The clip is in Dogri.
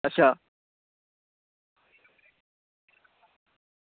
अच्छा